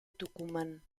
tucumán